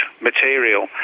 material